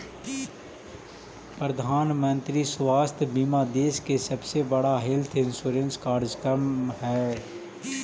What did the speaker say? प्रधानमंत्री स्वास्थ्य बीमा देश के सबसे बड़ा हेल्थ इंश्योरेंस कार्यक्रम हई